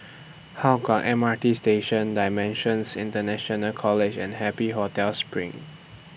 Hougang M R T Station DImensions International College and Happy Hotel SPRING